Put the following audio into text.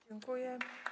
Dziękuję.